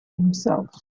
himself